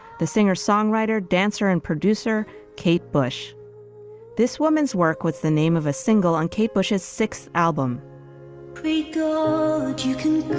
the singer songwriter dancer and producer kate bush this woman's work what's the name of a single on kate bush's sixth album please. you can.